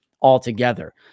altogether